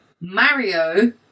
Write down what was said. Mario